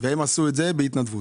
עשו את זה בהתנדבות.